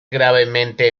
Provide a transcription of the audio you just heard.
gravemente